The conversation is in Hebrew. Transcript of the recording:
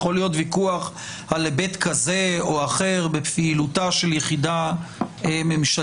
יכול להיות ויכוח על היבט כזה או אחר בפעילותה של יחידה ממשלתית,